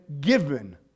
given